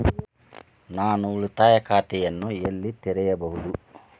ನಾನು ಉಳಿತಾಯ ಖಾತೆಯನ್ನು ಎಲ್ಲಿ ತೆರೆಯಬಹುದು?